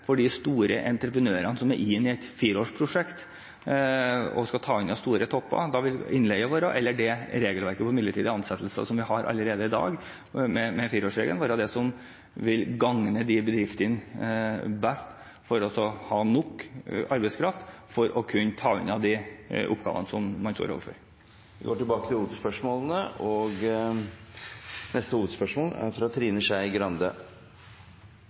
de store entreprenørene som er inne i et fireårsprosjekt, og skal ta unna store topper. Da vil det regelverket for midlertidige ansettelser, som vi har allerede i dag, med en fireårsregel, være det som vil gagne de bedriftene best, slik at de har nok arbeidskraft til å kunne ta unna de oppgavene som de står overfor. Vi går videre til neste hovedspørsmål. Jeg syns det er